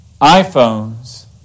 iPhones